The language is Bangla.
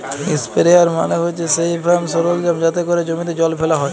ইসপেরেয়ার মালে হছে সেই ফার্ম সরলজাম যাতে ক্যরে জমিতে জল ফ্যালা হ্যয়